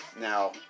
Now